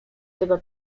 tego